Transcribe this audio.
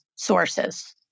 sources